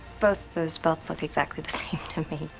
both those belts look exactly the same to me.